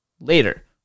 later